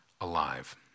alive